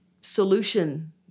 solution